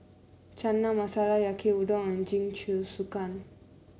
Chana Masala Yaki Udon and Jingisukan